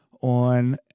on